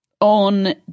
On